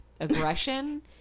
aggression